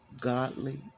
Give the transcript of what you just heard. godly